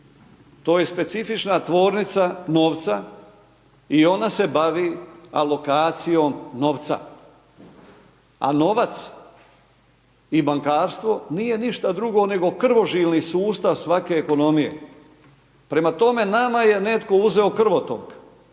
To je specifična tvornica novca i ona se bavi alokacijom novca. A novac i bankarstvo nije ništa drugo nego krvožilni sustave svake ekonomije. Prema tome, nama je netko uzeo krvotok